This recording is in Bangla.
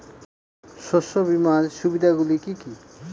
শস্য বিমার সুবিধাগুলি কি কি?